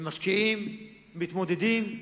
הם משקיעים, מתמודדים.